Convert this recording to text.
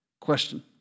Question